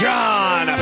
John